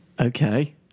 Okay